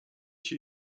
się